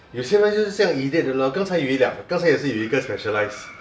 有些人就是这样 idiot 的 lor 刚才有一辆刚才也是有一个 specialize